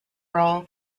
role